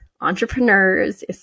entrepreneurs